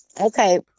Okay